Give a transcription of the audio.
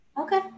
Okay